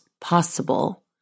possible